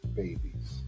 babies